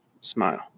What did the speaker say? Smile